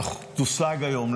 תושג היום,